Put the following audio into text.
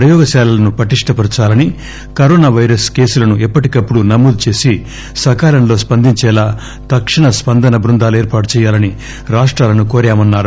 ప్రయోగశాలలను పటిష్టపరచాలని corona virus కేసులను ఎప్పటికప్పుడు నమోదు చేసి సకాలంలో స్పందించేలా తక్షణ స్పందన బబృందాలు ఏర్పాటు చెయ్యాలని రాష్టాలను కోరామన్నారు